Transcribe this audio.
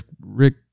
Rick